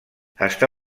està